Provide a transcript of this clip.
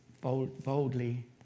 boldly